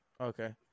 Okay